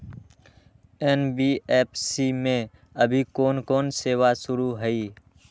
NBFC में अभी कोन कोन सेवा शुरु हई?